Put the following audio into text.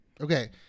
Okay